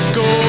go